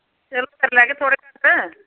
फिर करी लैग्गे थोह्ड़े घट्ट